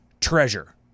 treasure